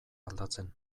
aldatzen